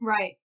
Right